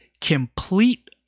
complete